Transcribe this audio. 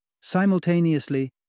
Simultaneously